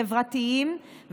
חברתיים,